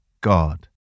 God